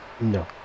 No